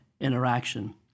interaction